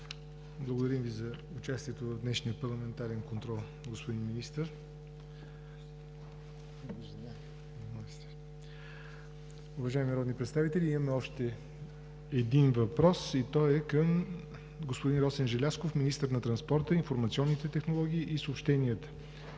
Благодарим Ви за участието в днешния парламентарен контрол, господин Министър. Уважаеми народни представители, имаме още един въпрос към господин Росен Желязков – министър на транспорта, информационните технологии и съобщенията.